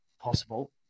Possible